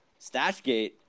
Stashgate